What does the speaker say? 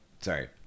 Sorry